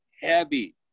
Heavy